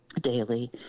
daily